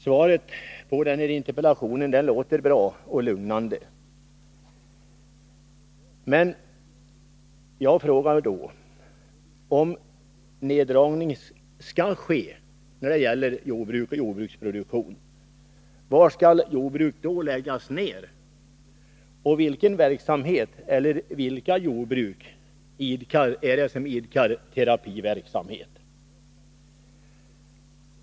Svaret på denna interpellation låter bra och lugnande. Men jag vill fråga: Om en neddragning skall ske inom jordbruket och jordbruksproduktionen, var skall jordbruk läggas ner? Och vilka jordbruk är det som idkar terapiverksamhet?